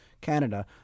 Canada